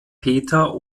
peter